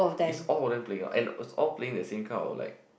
is all of them playing and is all playing the same kind of like